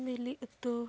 ᱵᱤᱞᱤ ᱩᱛᱩ